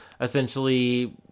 essentially